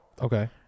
Okay